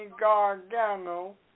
Gargano